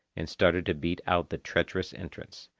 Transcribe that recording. and started to beat out the treacherous entrance.